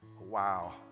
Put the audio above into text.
Wow